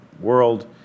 world